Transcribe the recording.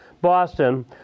Boston